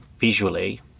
visually